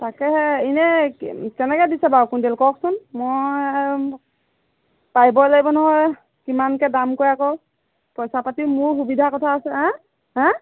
তাকেহে এনেই কেনেকৈ দিছে বাৰু কুইন্টেল কওকচোন মই পাৰিব লাগিব নহয় কিমানকৈ দাম কয় আকৌ পইচা পাতিও মোৰ সুবিধা কথা আছে হেঁ